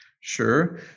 Sure